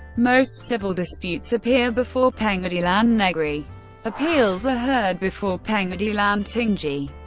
most civil disputes appear before pengadilan negeri appeals are heard before pengadilan tinggi.